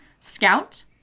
Scout